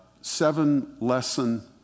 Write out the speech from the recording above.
seven-lesson